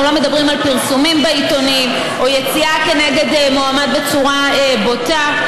אנחנו לא מדברים על פרסומים בעיתונים או יציאה כנגד מועמד בצורה בוטה.